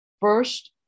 First